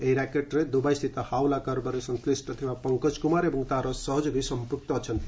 ଏହି ର୍ୟାକେଟ୍ରେ ଦୁବାଇ ସ୍ଥିତ ହାଓ୍ୱାଲା କାରବାରରେ ସଂଶ୍ଳିଷ୍ଟ ଥିବା ପଙ୍କଜ କୁମାର ଏବଂ ତାର ସହଯୋଗୀ ସଂପୂକ୍ତ ଅଛନ୍ତି